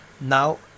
now